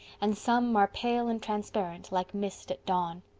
and some are pale and transparent like mist at dawn.